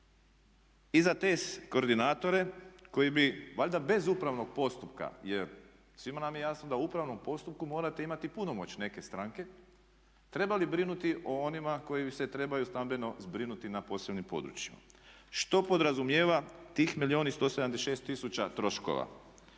i za te koordinatore koji bi valjda bez upravnog postupka jer svima nam je jasno da u upravnom postupku morate imati punomoć neke stranke trebali brinuti o onima koji se trebaju stambeno zbrinuti na posebnim područjima. Što podrazumijeva tih milijun i 176 tisuća troškova?